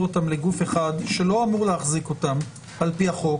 אותם לגוף אחד שלא אמור להחזיק אותם על פי החוק,